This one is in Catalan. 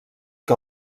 que